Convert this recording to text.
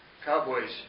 Cowboys